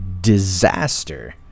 disaster